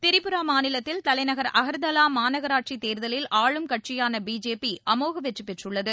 திரிபுரா மாநிலத்தில் தலைநகர் அகர்தாலா மாநகராட்சி தேர்தலில் ஆளும்கட்சியான பிஜேபி அமோக வெற்றி பெற்றுள்ளது